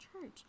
Church